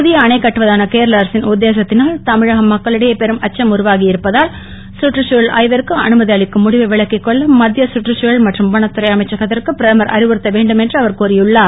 புதிய அணை கட்டுவதான கேரள அரசின் உத்தேசத்தினால் தமிழக மக்களிடையே பெரும் அச்சம் உருவாகி இருப்பதால் சுற்றுச்தூழல் ஆய்விற்கு அனுமதி அளிக்கும் முடிவை விலக்கிக் கொள்ள மத்திய சுற்றுச்சூழல் மற்றும் வனத்துறை அமைச்சகத்திற்குப் பிரதமர் அறிவுறுத்த வேண்டும் என அவர் கோரியுள்ளார்